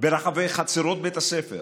ברחבי חצרות בית הספר,